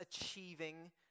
achieving